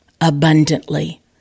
abundantly